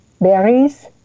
berries